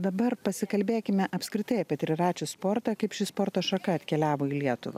dabar pasikalbėkime apskritai apie triračių sportą kaip ši sporto šaka atkeliavo į lietuvą